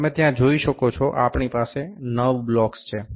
તમે ત્યાં જોઈ શકો છો આપણી પાસે નવ બ્લોક્સ છે